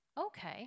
okay